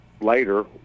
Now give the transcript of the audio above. later